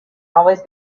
always